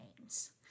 names